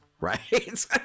right